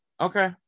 Okay